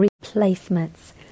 replacements